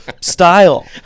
style